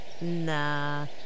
Nah